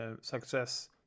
success